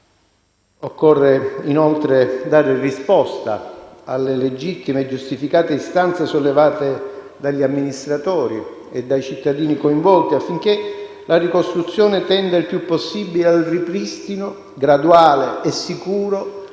Occorre, inoltre, dare risposta alle legittime e giustificate istanze sollevate dagli amministratori e dai cittadini coinvolti, affinché la ricostruzione tenda il più possibile al ripristino, graduale e sicuro,